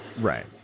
right